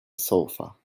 sofa